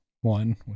one